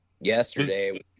yesterday